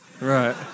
Right